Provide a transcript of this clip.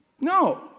No